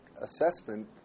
assessment